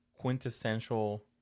quintessential